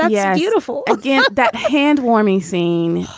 yeah. beautiful. again, that hand warming scene